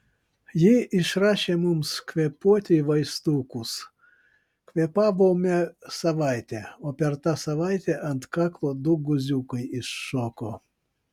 ji išrašė mums kvėpuoti vaistukus kvėpavome savaitę o per tą savaitę ant kaklo du guziukai iššoko